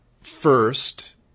first